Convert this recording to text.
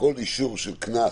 שכל אישור של קנס